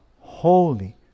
holy